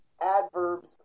Adverbs